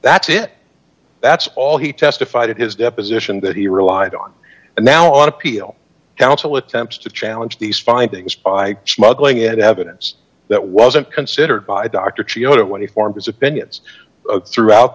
that's it that's all he testified at his deposition that he relied on now on appeal counsel attempts to challenge these findings by smuggling in evidence that wasn't considered by doctor cio when he formed his opinions throughout